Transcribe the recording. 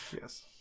Yes